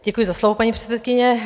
Děkuji za slovo, paní předsedkyně.